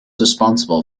responsible